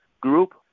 group